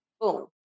boom